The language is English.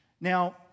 Now